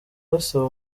basaba